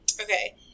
okay